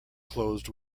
closed